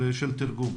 אדוני היושב ראש,